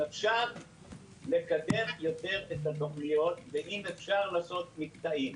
אפשר לקדם יותר את התוכניות ואם אפשר לעשות מקטעים.